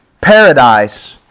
paradise